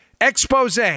expose